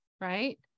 right